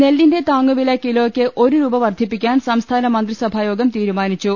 നെല്ലിന്റെ താങ്ങുവില കിലോയ്ക്ക് ഒരു രൂപ വർദ്ധിപ്പിക്കാൻ സംസ്ഥാന മന്ത്രിസഭാ യോഗം തീരുമാനിച്ചു